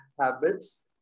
habits